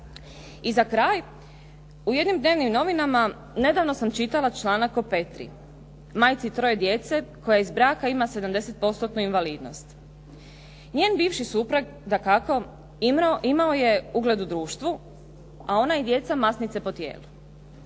I za kraj. U jednim dnevnim novinama nedavno sam čitala članak o Petri, majci troje djece koja iz braka ima 70 postotnu invalidnost. Njen bivši suprug dakako, imao je ugled u društvu, a ona i djeca masnice po tijelu.